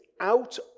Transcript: out